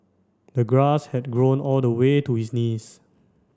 the grass had grown all the way to his knees